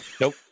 Nope